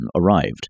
arrived